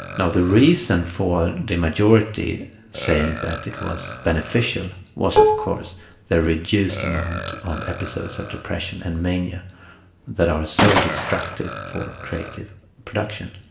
the reason for the majority saying that it was beneficial was of course the reduced amount of episodes of depression and mania that are so destructive for creative production.